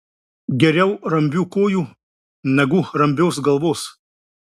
geriau rambių kojų negu rambios galvos